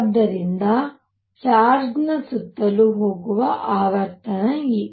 ಆದ್ದರಿಂದ ಚಾರ್ಜ್ನ ಸುತ್ತಲೂ ಹೋಗುವ ಆವರ್ತನ E